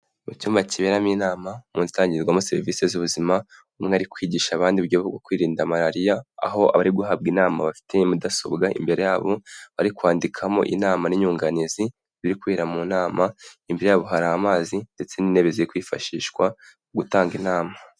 Mu cyumba kiberamo inama, mu nzu itangirwamo serivisi z'ubuzima, umwe ari kwigisha abandi uburyo bwo kwirinda Malriya, aho abari guhabwa inama bafite mudasobwa imbere yabo, bari kwandikamo inama n'inyunganizi, biri kubera mu nama, imbere yabo hari amazi ndetse n'intebe ziri kwifashishwa gutanga inama.